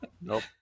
Nope